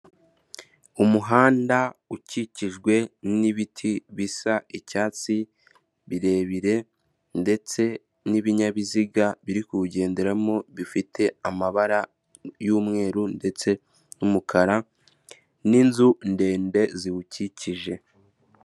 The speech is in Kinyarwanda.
Umuhanda ukikijwe n'ibiti bisa icyatsi birebire ndetse n'ibinyabiziga biri kuwugenderamo, bifite amabara y'umweru ndetse n'umukara, n'inzu ndende ziwukikije.